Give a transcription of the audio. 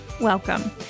welcome